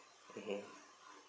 mmhmm